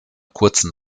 kurzen